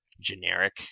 generic